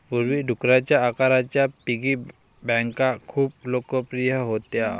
पूर्वी, डुकराच्या आकाराच्या पिगी बँका खूप लोकप्रिय होत्या